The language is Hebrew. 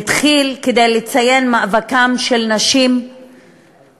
התחיל כדי לציין את מאבקן של נשים אמריקניות